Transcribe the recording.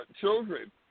children